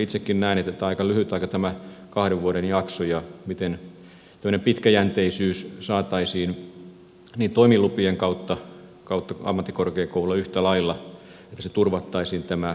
itsekin näen että aika lyhyt aika on tämä kahden vuoden jakso siinä miten tällainen pitkäjänteisyys saataisiin toimilupien kautta ammattikorkeakouluihin yhtä lailla että turvattaisiin tämä kehittämistoiminta siinä